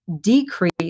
decrease